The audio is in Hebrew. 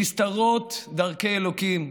נסתרות דרכי אלוקים,